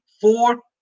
four